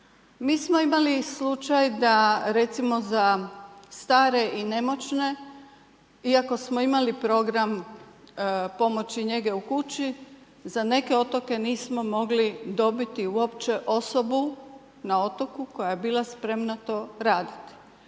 Mi smo imali slučaj da recimo, za stare i nemoćne, iako smo imali program pomoći njege u kući, za neke otoke, nismo mogli dobiti uopće osobu, na otoku, koja je bila spremna to raditi.